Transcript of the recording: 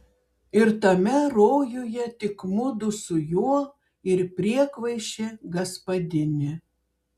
ir tame rojuje tik mudu su juo ir priekvaišė gaspadinė